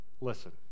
Listen